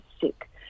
sick